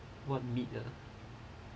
what meat lah